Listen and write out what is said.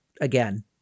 again